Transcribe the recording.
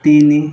ତିନି